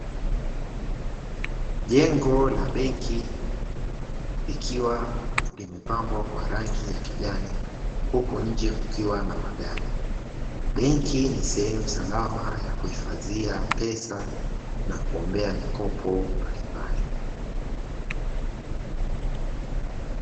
Jengo la benki likiwa limepambwa kwa rangi ya kijani huku nje likiwa na magari. Benki ni sehemu salama ya kuhifadhia pesa na kuombea mikopo mbalimbali.